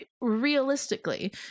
realistically